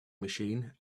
machine